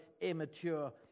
immature